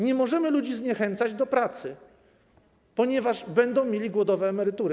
Nie możemy ludzi zniechęcać do pracy, ponieważ będą mieli głodowe emerytury.